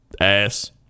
ass